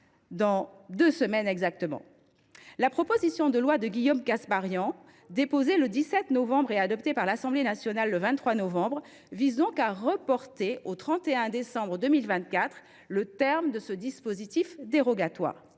dans deux semaines exactement… La proposition de loi de Guillaume Kasbarian, déposée le 17 novembre et adoptée par l’Assemblée nationale le 23 novembre, vise donc à reporter au 31 décembre 2024 le terme de ce dispositif dérogatoire.